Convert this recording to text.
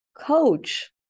coach